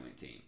team